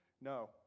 no